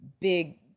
big